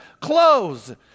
Clothes